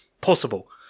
possible